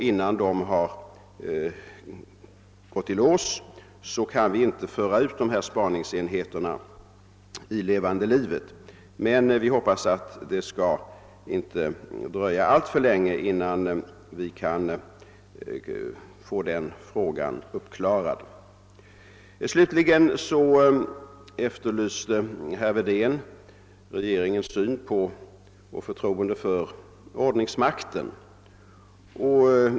Innan dessa förhandlingar gått i lås kan man inte föra ut spaningsenheterna i levande livet, men vi hoppas att det inte skall dröja alltför länge innan vi kan få denna fråga uppklarad. Slutligen efterlyste herr Wedén regeringens förtroende för ordningsmakten.